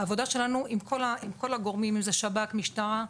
העבודה שלנו עם כל הגורמים, אם זה שב"כ, משטרה,